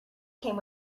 came